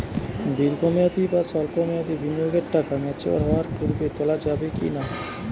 দীর্ঘ মেয়াদি বা সল্প মেয়াদি বিনিয়োগের টাকা ম্যাচিওর হওয়ার পূর্বে তোলা যাবে কি না?